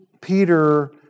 Peter